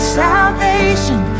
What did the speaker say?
salvation